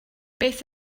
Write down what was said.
beth